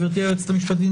גברתי היועצת המשפטית,